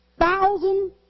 Thousand